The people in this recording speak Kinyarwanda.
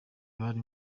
bari